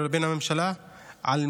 כדי למצוא פתרונות עם הממשלה הזאת,